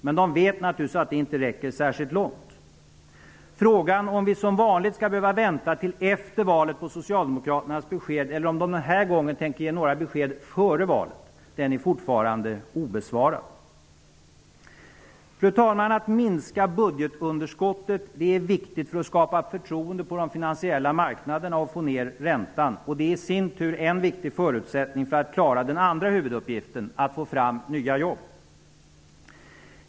Men de vet naturligtvis att det inte räcker särskilt långt. Frågan om vi som vanligt skall behöva vänta till efter valet på socialdemokraternas besked eller om de denna gång tänker ge några besked före valet är fortfarande obesvarad. Fru talman! Att minska budgetunderskottet är viktigt för att skapa förtroende på de finansiella marknaderna och därmed för att få ned räntan. Det är i sin tur en viktig förutsättning för att klara den andra huvuduppgiften: att få fram nya jobb.